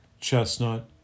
chestnut